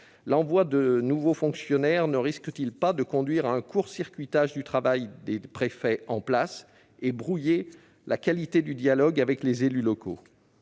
l'envoi de nouveaux fonctionnaires ne risque-t-il pas de conduire à un court-circuitage du travail des préfets en place et de brouiller la qualité du dialogue avec les élus locaux ?